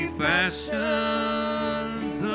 fashions